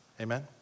Amen